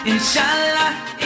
Inshallah